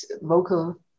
vocal